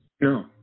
No